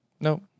No